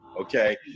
okay